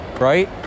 right